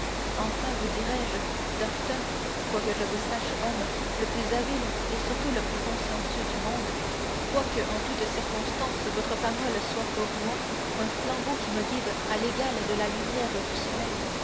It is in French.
enfin vous le dirai-je docteur quoique je vous sache homme le plus habile et surtout le plus consciencieux du monde quoique en toute circonstance votre parole soit pour moi un flambeau qui me guide à l'égal de la lumière du soleil